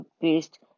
paste